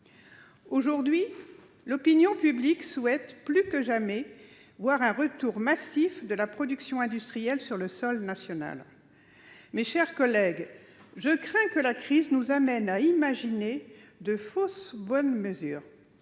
que jamais, l'opinion publique souhaite un retour massif de la production industrielle sur le sol national. Mes chers collègues, je crains que la crise ne nous amène à imaginer de fausses bonnes mesures.